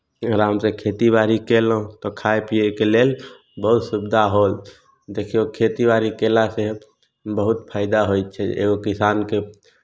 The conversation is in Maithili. आरामसँ खेतीबाड़ी कयलहुँ तऽ खाय पियैके लेल बहुत सुविधा होल देखियौ खेतीबाड़ी कयलासँ बहुत फाइदा होइ छै एगो किसानकेँ